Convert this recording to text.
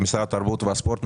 משרד התרבות והספורט.